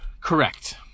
Correct